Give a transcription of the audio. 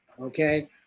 okay